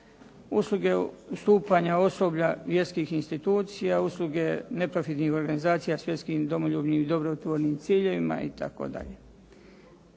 usluge ustupanja osoblja vjerskih institucija, usluge neprofitnih organizacija svjetskim domoljubnim i dobrotvornim ciljevima itd.